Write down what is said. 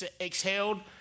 exhaled